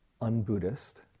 un-Buddhist